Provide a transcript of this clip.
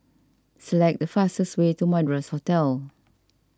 select the fastest way to Madras Hotel